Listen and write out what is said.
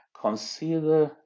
consider